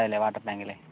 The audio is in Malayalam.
അതിലെ വാട്ടർ ടാങ്കിലെ